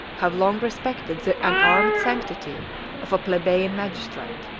have long respected the unarmed sanctity of a plebeian magistrate.